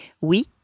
Oui